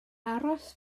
aros